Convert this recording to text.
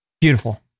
Beautiful